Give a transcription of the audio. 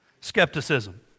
Skepticism